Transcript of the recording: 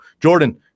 Jordan